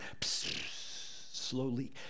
Slowly